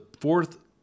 fourth